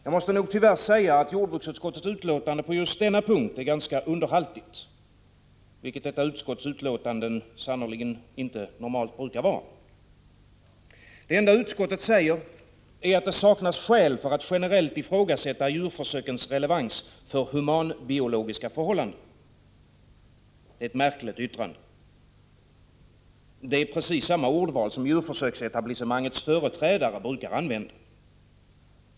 Jag måste tyvärr säga att jordbruksutskottets utlåtande på just denna punkt är ganska underhaltigt, vilket detta utskotts utlåtanden normalt sannerligen inte brukar vara. Det enda utskottet säger är att det saknas skäl för att generellt ifrågasätta djurförsökens relevans för humanbiologiska förhållanden. Det är ett märkligt yttrande. Det är precis samma ordval som djurförsöksetablissemangets företrädare använder.